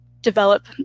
develop